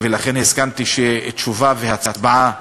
ולכן הסכמתי שתשובה והצבעה